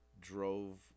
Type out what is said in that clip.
Drove